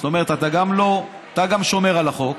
זאת אומרת, אתה גם שומר על החוק